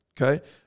Okay